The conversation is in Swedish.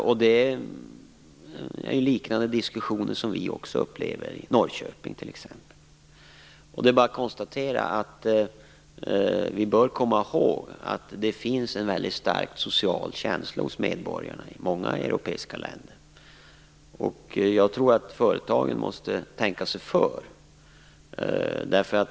Vi upplever liknande diskussioner i Norrköping, t.ex. Det är bara att konstatera att vi bör komma ihåg att det finns en väldigt stark social känsla hos medborgarna i många europeiska länder. Jag tror att företagen måste tänka sig för.